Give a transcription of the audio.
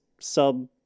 sub